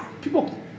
people